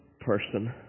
person